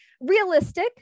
realistic